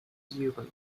zealand